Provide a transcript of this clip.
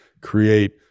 create